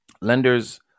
lenders